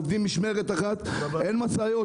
עובדים במשמרת אחת ואין משאיות.